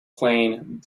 playing